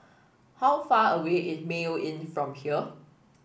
how far away is Mayo Inn from here